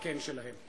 בקן שלהם.